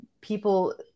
people